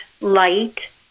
light